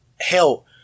hell